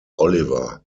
oliver